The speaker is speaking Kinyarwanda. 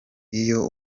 iyo